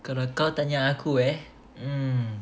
kalau kau tanya aku eh mm